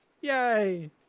Yay